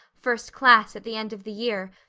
first class, at the end of the year,